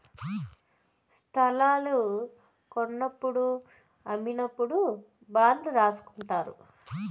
స్తలాలు కొన్నప్పుడు అమ్మినప్పుడు బాండ్లు రాసుకుంటారు